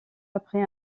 après